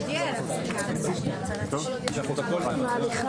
זה 6. הסכמנו להוריד,